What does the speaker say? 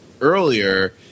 earlier